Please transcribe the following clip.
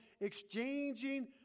exchanging